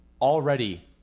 already